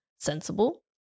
sensible